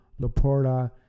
Laporta